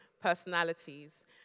personalities